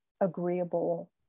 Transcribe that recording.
agreeable